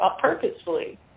purposefully